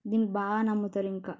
దీన్ని బాగా నమ్ముతారు ఇంకా